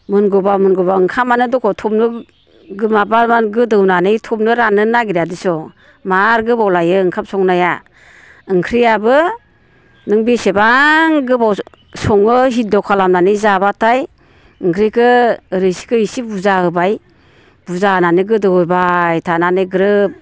मोनगौबा मोनगौबा ओंखामानो दगथबनो माबानानै गोदौनानै थबनो राननोनो नागिरा दिसं मार गोबाव लायो ओंखाम संनाया ओंख्रियाबो नों बेसेबां गोबाव सङो हिद्य' खालामनानै जाबाथाय ओंख्रिखौ रोसिखौ एसे बुरजा होबाय बुरजा होनानै गोदौ होबाय थानानै ग्रोब